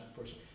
person